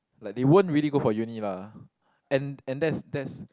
like they won't really go for uni lah and and that's that's